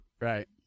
Right